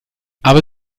aber